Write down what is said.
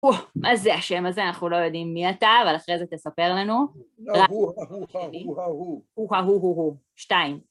אז זה השם הזה? אנחנו לא יודעים מי אתה, אבל אחרי זה תספר לנו. -שתיים.